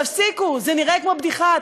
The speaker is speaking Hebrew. תפסיקו, זה נראה כמו בדיחה.